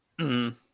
-hmm